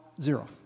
zero